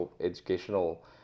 educational